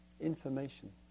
information